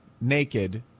naked